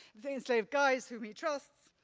the enslaved guys whom he trusts,